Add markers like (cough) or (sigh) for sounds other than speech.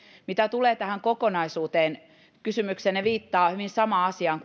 mitä tulee tähän kokonaisuuteen kysymyksenne viittaa hyvin samaan asiaan (unintelligible)